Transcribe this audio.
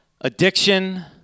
addiction